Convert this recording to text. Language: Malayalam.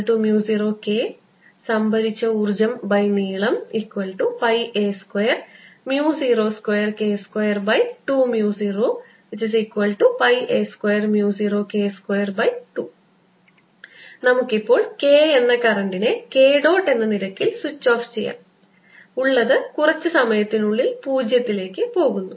B0K സംഭരിച്ച ഊർജ്ജംനീളംa202K220a20K22 നമുക്ക് ഇപ്പോൾ K എന്ന കറൻറിനെ K ഡോട്ട് എന്ന നിരക്കിൽ സ്വിച്ച് ഓഫ് ചെയ്യാം ഉള്ളത് കുറച്ചു സമയത്തിനുള്ളിൽ പൂജ്യത്തിലേക്ക് അ പോകുന്നു